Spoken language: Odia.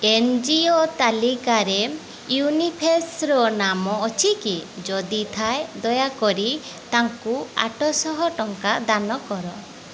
ଏନ ଜି ଓ ତାଲିକାରେ ୟୁନିଫେସର ନାମ ଅଛି କି ଯଦି ଥାଏ ଦୟାକରି ତା'କୁ ଆଠଶହ ଟଙ୍କା ଦାନ କର